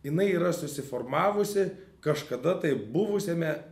jinai yra susiformavusi kažkada tai buvusiame